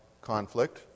conflict